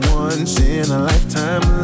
once-in-a-lifetime